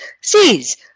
sees